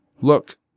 Look